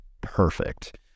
perfect